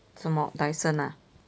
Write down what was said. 什么 Dyson ah